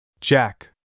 Jack